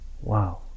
Wow